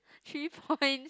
three points